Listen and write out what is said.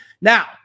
Now